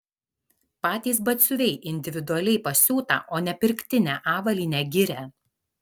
patys batsiuviai individualiai pasiūtą o ne pirktinę avalynę giria